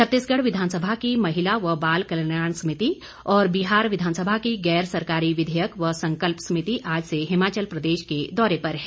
छत्तीसगढ़ विधानसभा की महिला व बाल कल्याण समिति और बिहार विधानसभा की गैर सरकारी विधेयक व संकल्प समिति आज से हिमाचल प्रदेश के दौरे पर है